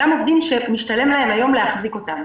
גם עובדים שמשתלם להם היום להחזיק אותם.